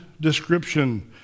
description